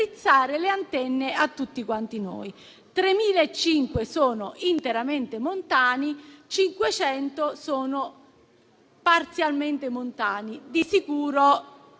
3.500 sono interamente montani e 500 lo sono parzialmente (ma